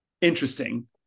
interesting